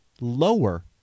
lower